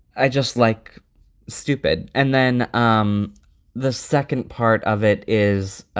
i just like stupid. and then um the second part of it is.